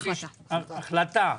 החלטה,